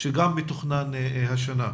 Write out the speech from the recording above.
שגם מתוכנן השנה.